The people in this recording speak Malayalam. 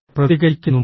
പ്രതികരിക്കുന്നുണ്ടോ